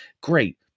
Great